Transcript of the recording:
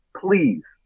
please